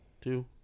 two